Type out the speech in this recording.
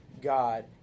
God